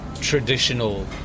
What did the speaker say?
traditional